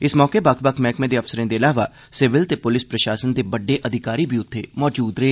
इस मौके बक्ख बक्ख मैहकमें दे अफसरें दे इलावा सिविल ते पुलस प्रशासन दे बड्डे अधिकारी बी मजूद हे